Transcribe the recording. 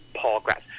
progress